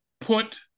put